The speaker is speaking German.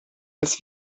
als